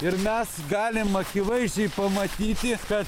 ir mes galim akivaizdžiai pamatyti kad